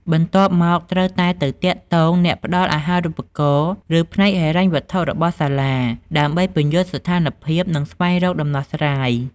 បន្ទាប់មក ត្រូវតែទៅទាក់ទងអ្នកផ្តល់អាហារូបករណ៍ ឬផ្នែកហិរញ្ញវត្ថុរបស់សាលា ដើម្បីពន្យល់ស្ថានភាព និងស្វែងរកដំណោះស្រាយ។